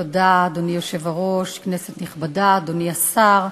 אדוני היושב-ראש, תודה, כנסת נכבדה, אדוני השר,